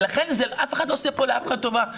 ולכן אף אחד לא עושה פה לאף אחד טובה,